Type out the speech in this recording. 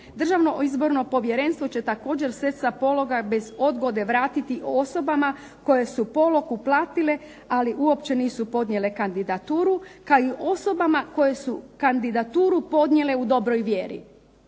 Državno izborno povjerenstvo će također se sa pologa bez odgode vratiti osobama koje su polog uplatile, ali uopće nisu podnijele kandidaturu, kao i osobama koje su kandidaturu podnijele u dobroj vjeri.